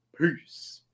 Peace